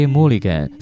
Mulligan